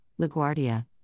LaGuardia